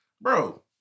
Bro